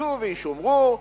שישופצו וישומרו.